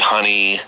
Honey